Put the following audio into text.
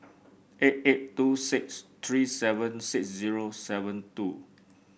eight eight two six three seven six zero seven two